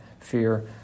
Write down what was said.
fear